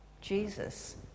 Jesus